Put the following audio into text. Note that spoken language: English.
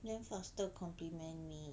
then faster compliment me